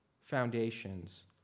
foundations